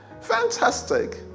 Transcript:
Fantastic